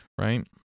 right